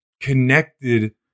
connected